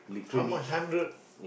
how much hundred